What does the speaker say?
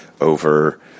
over